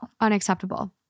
Unacceptable